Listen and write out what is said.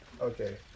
Okay